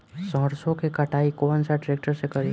सरसों के कटाई कौन सा ट्रैक्टर से करी?